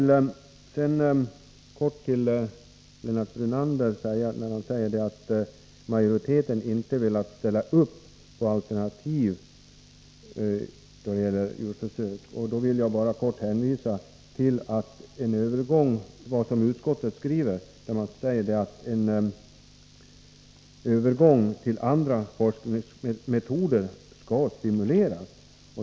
Lennart Brunander säger att majoriteten inte har velat ställa upp på alternativ då det gäller djurförsök. Jag vill därför bara hänvisa till att utskottet skriver att en övergång till andra forskningsmetoder skall stimuleras.